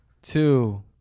Two